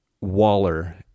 Waller